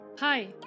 Hi